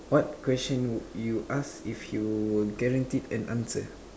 what question would you ask if you guaranteed an answer